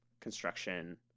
construction